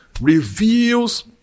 reveals